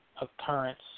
occurrence